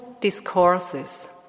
discourses